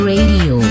Radio